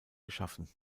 geschaffen